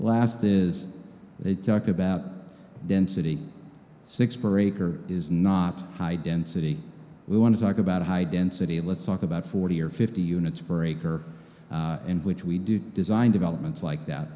last is they talk about density six per acre is not high density we want to talk about high density let's talk about forty or fifty units per acre in which we do design developments like that